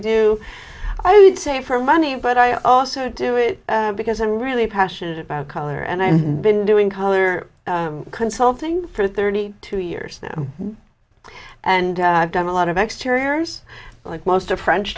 do i would say for money but i also do it because i'm really passionate about color and i've been doing color consulting for thirty two years now and i've done a lot of exteriors like most of french